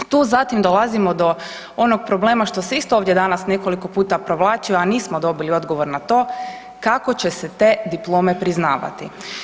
Tu zatim dolazimo do onog problema što se isto ovdje danas nekoliko puta provlačio, a nismo dobili odgovor na to, kako će se te diplome priznavati.